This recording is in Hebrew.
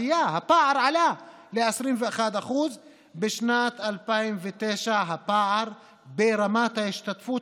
הפער עלה ל-21%; בשנת 2009 הפער ברמת ההשתתפות